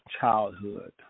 childhood